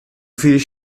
viel